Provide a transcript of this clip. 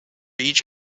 each